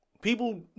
people